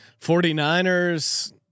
49ers